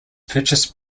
purchased